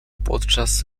podczas